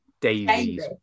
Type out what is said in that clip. Davies